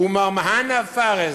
הוא מר מהנא פארס.